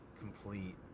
complete